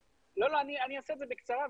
לא, אני אעשה את זה בקצרה.